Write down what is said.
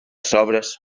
sobres